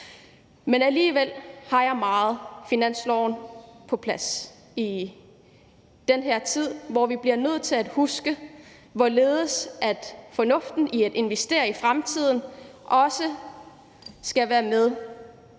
men alligevel er jeg meget optaget af at få finansloven på plads i den her tid, hvor vi bliver nødt til at huske, hvorledes fornuften i at investere i fremtiden også skal være med, uanset